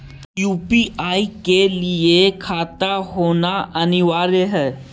UPI के लिए खाता होना अनिवार्य है?